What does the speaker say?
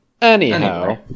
Anyhow